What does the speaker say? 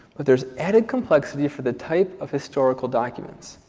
but there is added complexity for the type of historical document.